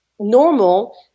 normal